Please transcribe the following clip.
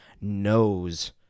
knows